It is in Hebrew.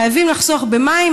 חייבים לחסוך במים,